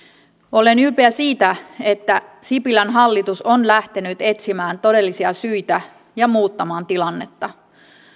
olen ylpeä siitä että sipilän hallitus on lähtenyt etsimään todellisia syitä ja muuttamaan tilannetta